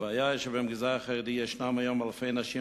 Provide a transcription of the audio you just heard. הבעיה היא שבמגזר החרדי יש היום אלפי נשים